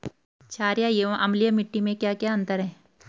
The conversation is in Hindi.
छारीय एवं अम्लीय मिट्टी में क्या क्या अंतर हैं?